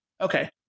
Okay